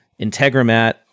Integramat